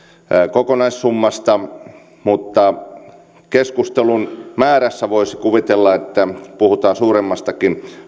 kokonaissummasta mutta keskustelun määrästä voisi kuvitella että puhutaan suuremmastakin